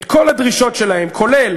את כל הדרישות שלהם, כולל